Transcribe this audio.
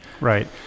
Right